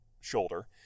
shoulder